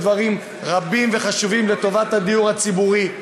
דברים רבים וחשובים לטובת הדיור הציבורי.